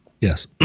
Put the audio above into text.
Yes